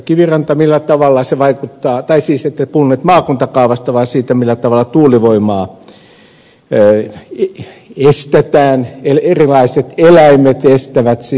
kiviranta te ette puhuneet maakuntakaavasta vaan siitä millä tavalla tuulivoimaa estetään erilaiset eläimet estävät sen leviämistä